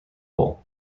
bowl